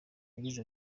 yagize